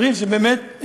צריך שבאמת,